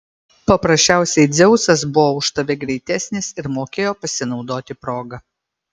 paprasčiausiai dzeusas buvo už tave greitesnis ir mokėjo pasinaudoti proga